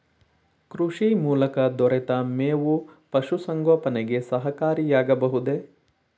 ಕೃಷಿ ಮೂಲಕ ದೊರೆತ ಮೇವು ಪಶುಸಂಗೋಪನೆಗೆ ಸಹಕಾರಿಯಾಗಬಹುದೇ?